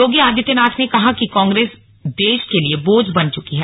योगी आदित्यनाथ ने कहा कि कांग्रेस देश के लिए बोझ बन चुकी है